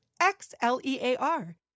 X-L-E-A-R